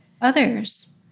others